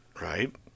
Right